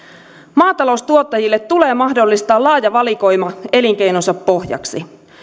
maataloustuottajille tulee mahdollistaa laaja valikoima elinkeinonsa pohjaksi